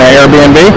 Airbnb